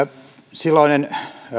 silloinen